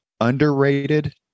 underrated